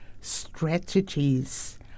Strategies